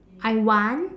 I want